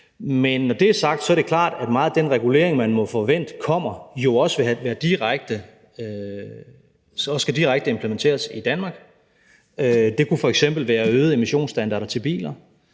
Men når det er sagt, er det jo klart, at meget af den regulering, man må forvente kommer, så også skal implementeres direkte i Danmark. Det kunne f.eks. være øgede emissionsstandarder til biler,